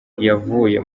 yavuye